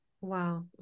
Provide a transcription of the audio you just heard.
Wow